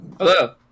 Hello